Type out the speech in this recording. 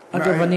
אגב,